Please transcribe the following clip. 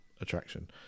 attraction